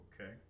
Okay